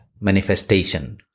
manifestation